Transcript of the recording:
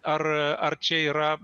ar ar čia yra